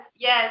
Yes